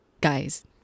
guys